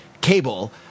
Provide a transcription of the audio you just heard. cable